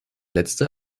letzte